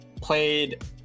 played